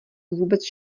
vůbec